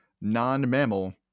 non-mammal